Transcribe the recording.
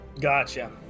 Gotcha